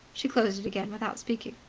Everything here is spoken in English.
she closed it again without speaking.